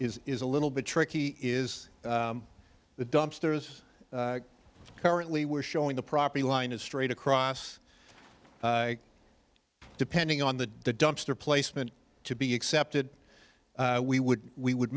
is is a little bit tricky is the dumpsters currently we're showing the property line is straight across depending on the dumpster placement to be accepted we would we would